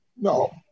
No